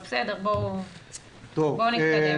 בואי ניתן לו.